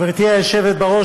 גברתי היושבת בראש,